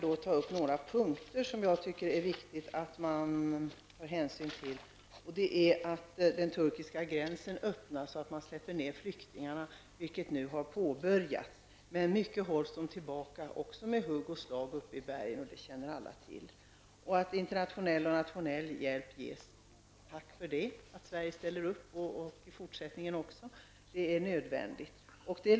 Det finns några punkter som jag tycker att det är viktigt att man tar hänsyn till. Bl.a. gäller det att den turkiska gränsen skall öppnas och att flyktingar skall släppas in. Det har i och för sig påbörjats. Men flyktingarna hålls fortfarande tillbaka med hugg och slag i bergen. Det känner alla till. Internationell och nationell hjälp skall ges. Tack för att Sverige ställer upp -- även i fortsättningen. Det är nödvändigt.